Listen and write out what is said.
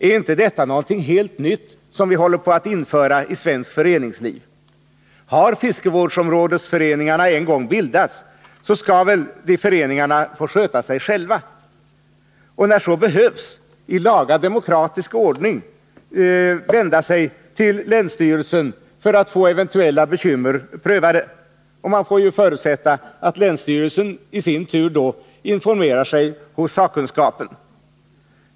Är inte detta någonting helt nytt som vi håller på att införa i svenskt föreningsliv? Har fiskevårdsområdesföreningarna en gång bildats, så skall väl de föreningarna få sköta sig själva och, när så behövs, i laga demokratisk ordning kunna vända sig till länsstyrelsen för att få eventuella bekymmer prövade. Man får förutsätta att länsstyrelsen då i sin tur informerar sig hos sakkunskapen.